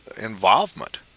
involvement